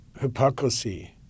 hypocrisy